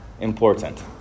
important